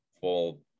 full